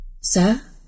Sir